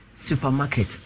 Supermarket